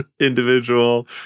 individual